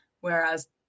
whereas